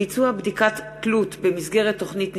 (ביצוע בדיקת תלות במסגרת תוכנית ניסיונית),